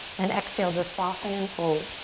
then exhale to soften and fold.